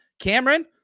Cameron